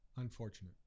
unfortunate